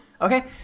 Okay